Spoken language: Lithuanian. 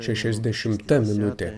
šešiasdešimta minutė